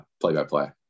play-by-play